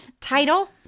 title